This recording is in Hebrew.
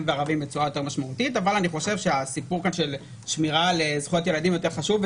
וערבים בצורה ניכרת אבל שמירה על זכויות ילדים חשובה יותר.